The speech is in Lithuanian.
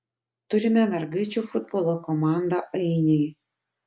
turime mergaičių futbolo komandą ainiai